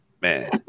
man